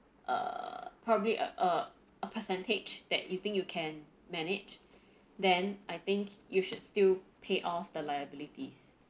err probably err a percentage that you think you can manage then I think you should still pay off the liabilities